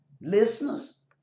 Listeners